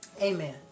Amen